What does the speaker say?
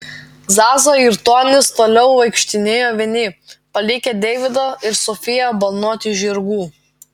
zaza ir tonis toliau vaikštinėjo vieni palikę deividą ir sofiją balnoti žirgų